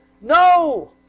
no